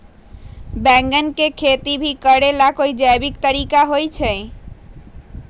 बैंगन के खेती भी करे ला का कोई जैविक तरीका है?